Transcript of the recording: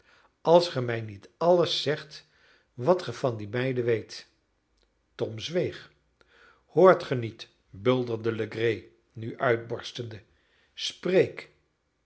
als ge mij niet alles zegt wat ge van die meiden weet tom zweeg hoort ge niet bulderde legree nu uitbarstende spreek